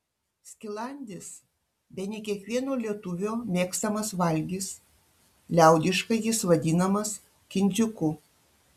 skilandis bene kiekvieno lietuvio mėgstamas valgis liaudiškai jis vadinamas kindziuku